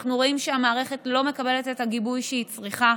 אנחנו רואים שהמערכת לא מקבלת את הגיבוי שהיא צריכה,